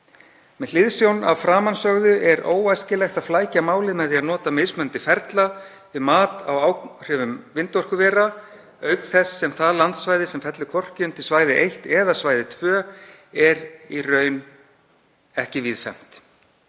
„Með hliðsjón af framansögðu er óæskilegt að flækja málið með því að nota mismunandi ferla við mat á áhrifum vindorkuvera, auk þess sem það landsvæði sem fellur hvorki undir svæði 1 eða svæði 2 er í raun ekki víðfeðmt.